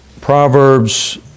Proverbs